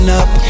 up